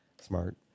smart